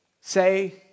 Say